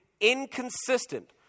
inconsistent